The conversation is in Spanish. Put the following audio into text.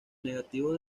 negativos